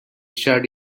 shirt